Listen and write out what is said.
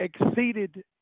exceeded